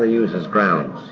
ah use as grounds?